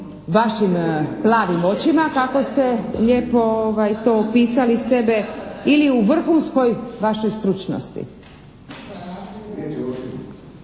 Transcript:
vašim plavim očima kako ste lijepo to opisali sebe ili u vrhunskoj vašoj stručnosti?